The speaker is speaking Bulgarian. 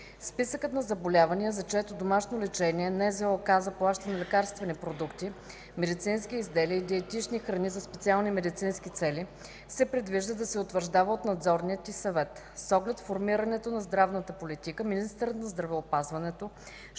Списъкът на заболявания, за чието домашно лечение НЗОК заплаща лекарствени продукти, медицински изделия и диетични храни за специални медицински цели, се предвижда да се утвърждава от Надзорния й съвет. С оглед формирането на здравната политика, министърът на здравеопазването